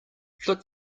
flick